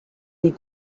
des